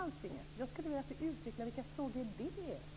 Jag skulle vilja att han utvecklar vilka frågor det är.